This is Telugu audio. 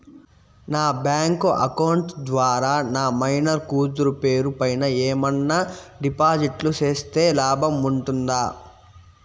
నా బ్యాంకు అకౌంట్ ద్వారా నా మైనర్ కూతురు పేరు పైన ఏమన్నా డిపాజిట్లు సేస్తే లాభం ఉంటుందా?